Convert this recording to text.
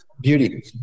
beauty